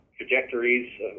trajectories